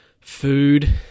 food